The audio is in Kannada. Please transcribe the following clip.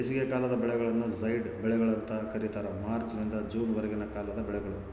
ಬೇಸಿಗೆಕಾಲದ ಬೆಳೆಗಳನ್ನು ಜೈಡ್ ಬೆಳೆಗಳು ಅಂತ ಕರೀತಾರ ಮಾರ್ಚ್ ನಿಂದ ಜೂನ್ ವರೆಗಿನ ಕಾಲದ ಬೆಳೆಗಳು